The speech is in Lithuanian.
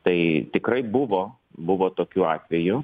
tai tikrai buvo buvo tokių atvejų